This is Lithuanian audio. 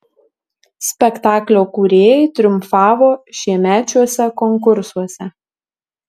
spektaklio kūrėjai triumfavo šiemečiuose konkursuose